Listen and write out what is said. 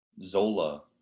Zola